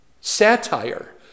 satire